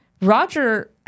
Roger